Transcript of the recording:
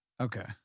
Okay